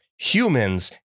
humans